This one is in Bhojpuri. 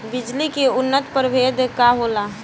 बीज के उन्नत प्रभेद का होला?